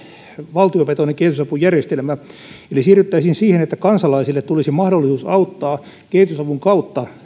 valtiovetoinen kehitysapujärjestelmä eli siirryttäisiin siihen että kansalaisille tulisi mahdollisuus jos haluavat auttaa kehitysavun kautta